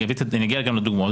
אני אגיע גם לדוגמאות,